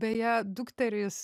beje dukterys